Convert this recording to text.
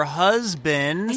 husband